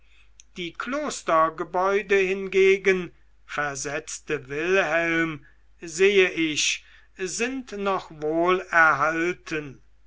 die klostergebäude hingegen versetzte wilhelm sehe ich sind noch